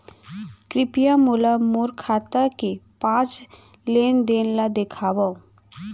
कृपया मोला मोर खाता के पाँच लेन देन ला देखवाव